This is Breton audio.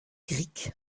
grik